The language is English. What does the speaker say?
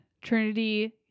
trinity